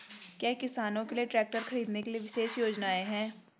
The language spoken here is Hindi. क्या किसानों के लिए ट्रैक्टर खरीदने के लिए विशेष योजनाएं हैं?